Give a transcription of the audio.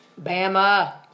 Bama